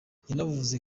yanavuze